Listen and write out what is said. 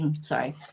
sorry